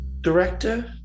director